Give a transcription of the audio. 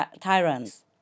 tyrants